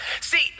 See